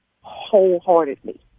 wholeheartedly